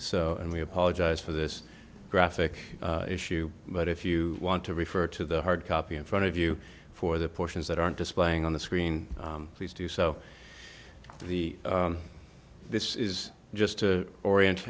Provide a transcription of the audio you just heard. so and we apologize for this graphic issue but if you want to refer to the hard copy in front of you for the portions that aren't displaying on the screen please do so the this is just to orient